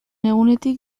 egunetik